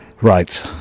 right